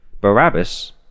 Barabbas